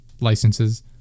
licenses